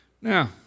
Now